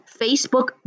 Facebook